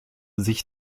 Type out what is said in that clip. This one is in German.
sich